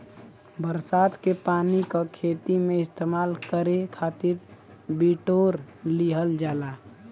बरसात के पानी क खेती में इस्तेमाल करे खातिर बिटोर लिहल जाला